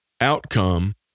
outcome